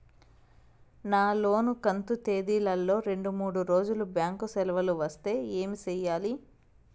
నా లోను కంతు తేదీల లో రెండు మూడు రోజులు బ్యాంకు సెలవులు వస్తే ఏమి సెయ్యాలి?